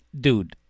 Dude